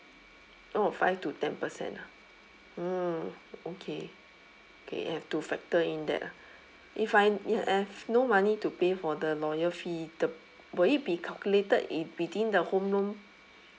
oh five to ten percent ah mm okay okay have to factor in that ah if I have no money to pay for the lawyer fee the will it be calculated in within the home loan